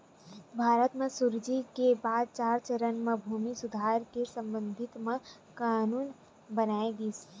भारत म सुराजी के बाद चार चरन म भूमि सुधार के संबंध म कान्हून बनाए गिस